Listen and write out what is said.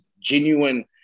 genuine